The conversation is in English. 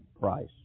price